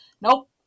nope